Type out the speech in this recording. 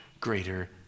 greater